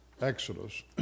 Exodus